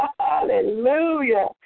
Hallelujah